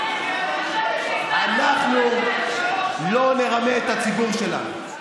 אנחנו לא נרמה את הציבור שלנו.